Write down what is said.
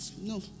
no